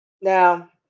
Now